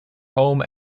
home